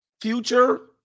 future